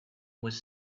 was